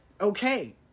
Okay